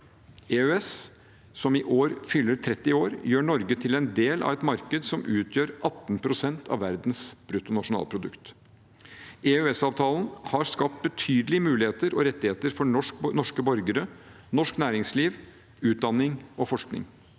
EØS, som i år fyller 30 år, gjør Norge til en del av et marked som utgjør 18 pst. av verdens brutto nasjonalprodukt. EØS-avtalen har skapt betydelige muligheter og rettigheter for norske borgere og norsk næringsliv, utdanning og forskning.